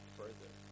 further